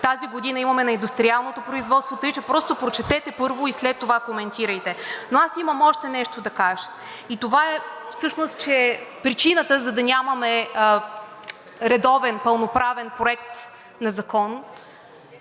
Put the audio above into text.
тази година имаме на индустриалното производство, така че просто прочетете първо и след това коментирайте. Но имам още нещо да кажа и това е всъщност, че причината, за да нямаме редовен, пълноправен проект на закон,